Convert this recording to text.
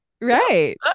right